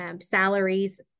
Salaries